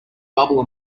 bubble